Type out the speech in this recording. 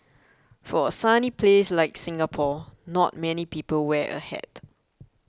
for a sunny place like Singapore not many people wear a hat